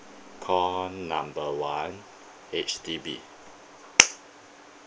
call number one H_D_B